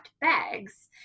bags